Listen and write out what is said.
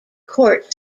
court